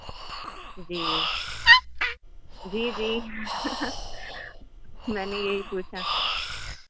جی جی جی میں نے یہی پوچھا